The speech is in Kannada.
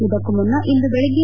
ಇದಕ್ಕೂ ಮುನ್ನ ಇಂದು ಬೆಳಗ್ಗೆ